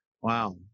Wow